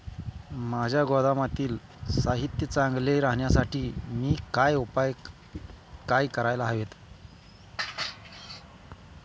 माझ्या गोदामातील साहित्य चांगले राहण्यासाठी मी काय उपाय काय करायला हवेत?